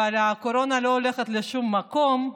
אבל הקורונה לא הולכת לשום מקום.